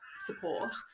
support